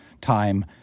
time